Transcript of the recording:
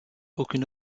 aucune